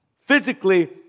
Physically